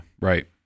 Right